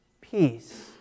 Peace